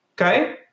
Okay